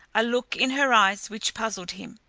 a look in her eyes which puzzled him,